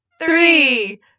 Three